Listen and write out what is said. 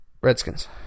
Redskins